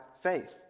faith